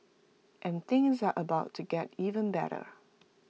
and things are about to get even better